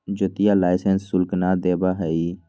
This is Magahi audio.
ज्योतिया लाइसेंस शुल्क ना देवा हई